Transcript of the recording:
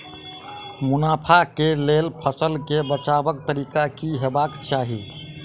मुनाफा केँ लेल फसल केँ बेचबाक तरीका की हेबाक चाहि?